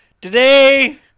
Today